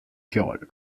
girolles